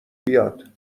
بیاد